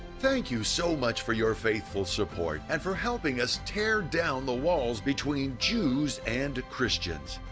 thank you so much for your faithful support and for helping us tear down the walls between jews and christians.